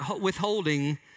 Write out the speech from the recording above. withholding